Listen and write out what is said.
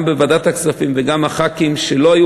גם בוועדת הכספים וגם הח"כים שלא היו